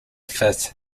fifth